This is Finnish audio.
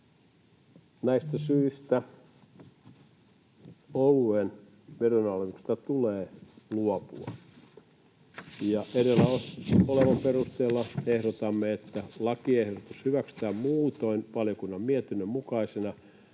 Näistä syistä oluen veronalennuksesta tulee luopua. Edellä olevan perusteella ehdotamme, että lakiehdotus hyväksytään muutoin valiokunnan mietinnön mukaisena